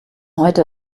heute